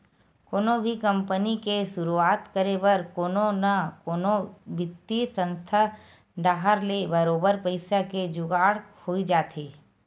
कोनो भी कंपनी के सुरुवात करे बर कोनो न कोनो बित्तीय संस्था डाहर ले बरोबर पइसा के जुगाड़ होई जाथे